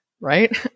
Right